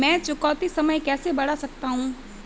मैं चुकौती समय कैसे बढ़ा सकता हूं?